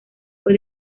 fue